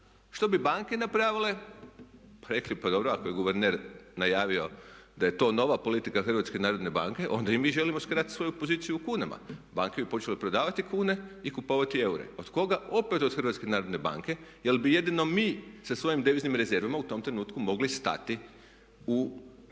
Što bi banke napravile? Pa rekli, pa dobro ako je guverner najavio da je to nova politika HNB-a onda i mi želimo skratiti svoju poziciju u kunama. Banke bi počele prodavati kune i kupovati eure. Od koga? Opet od HNB-a jer bi jedino mi sa svojim deviznim rezervama u tom trenutku mogli stati u prodaju,